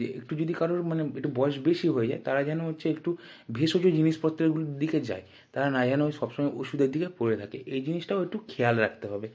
যে একটু যদি কারো মানে একটু বয়স বেশি হয়ে যায় তারা যেন হচ্ছে একটু ভেষজ জিনিসপত্রেরগুলোর দিকে যায় তারা না যেন সব সময় ওষুধের দিকে পড়ে থাকে এই জিনিসটাও একটু খেয়াল রাখতে হবে